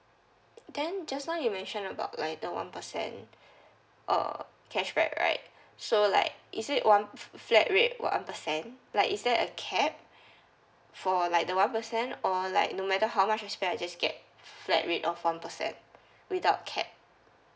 then just now you mentioned about like the one percent uh cashback right so like is it one f~ flat rate one percent like is there a cap for like the one percent or like no matter how much I spend I just get flat rate of one percent without cap